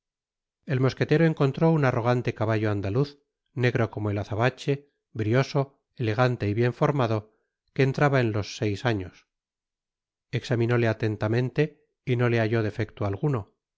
el mosquetero encontró un arrogante caballo andaluz negro como el azabache brioso elegante y bien formado que entraba envios seis afíos examinóle atentamente y no le halló defecto alguno